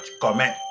comment